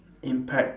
impact